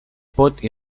pot